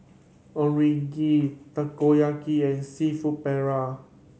Onigiri Takoyaki and Seafood Paella